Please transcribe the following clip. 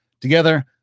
together